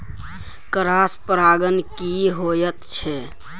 Cross परागण की होयत छै?